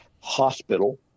hospital